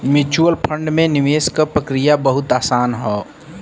mutual fund में निवेश क प्रक्रिया बहुत आसान हौ